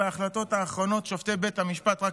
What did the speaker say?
בהחלטות האחרונות שופטי בית המשפט רק